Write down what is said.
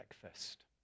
Breakfast